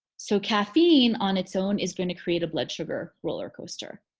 so caffeine on its own is gonna create a blood sugar rollercoaster.